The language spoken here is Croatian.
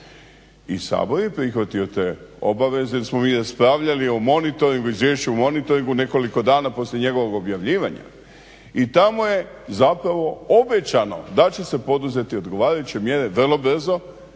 i Sabor je prihvatio te obaveze jer smo mi raspravljali o Izvješću o monitoringu nekoliko dana poslije njegovog objavljivanja i tamo je zapravo obećano da će se poduzeti odgovarajuće mjere vrlo brzo